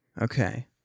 Okay